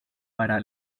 para